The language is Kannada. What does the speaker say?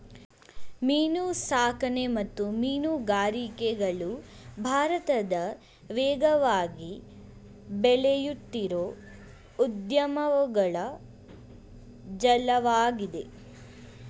ಮೀನುಸಾಕಣೆ ಮತ್ತು ಮೀನುಗಾರಿಕೆಗಳು ಭಾರತದ ವೇಗವಾಗಿ ಬೆಳೆಯುತ್ತಿರೋ ಉದ್ಯಮಗಳ ಜಾಲ್ವಾಗಿದೆ